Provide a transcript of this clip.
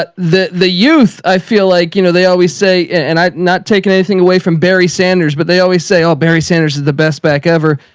but the, the youth, i feel like, you know, they always say, and and i'm not taking anything away from barry sanders, but they always say, oh, barry sanders has the best back ever.